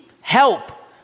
help